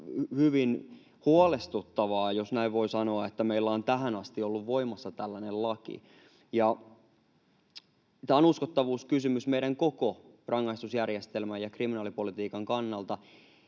hyvin huolestuttavaa, jos näin voi sanoa, että meillä on tähän asti ollut voimassa tällainen laki. Tämä on uskottavuuskysymys meidän koko rangaistusjärjestelmän ja kriminaalipolitiikan kannalta.